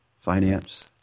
finance